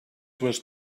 was